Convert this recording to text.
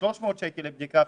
בכ-300 שקל לבדיקה,